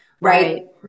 Right